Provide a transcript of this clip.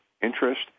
interest